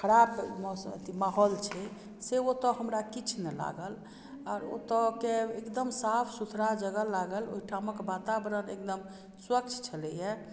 खराब माहौल छै से ओतय हमरा किछु नहि लागल और ओतय के एकदम साफ़ सुथरा जगह लागल ओहिठामक वातावरण एकदम स्वच्छ छलैया